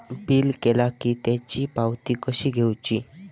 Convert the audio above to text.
Bill केला की त्याची पावती कशी घेऊची?